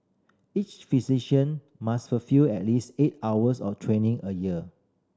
each physician must fulfil at least eight hours of training a year